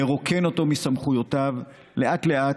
לרוקן אותו מסמכויותיו לאט-לאט,